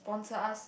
sponsor us